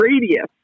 radius